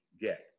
get